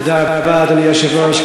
אדוני היושב-ראש,